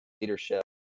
leadership